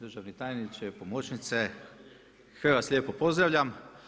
Državni tajniče, pomoćnice, sve vas lijepo pozdravljam.